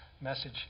message